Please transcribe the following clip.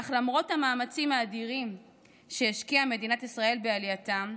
אך למרות המאמצים האדירים שהשקיעה מדינת ישראל בעלייתם,